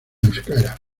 euskera